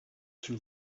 too